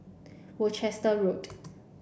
Worcester Road